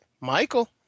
Michael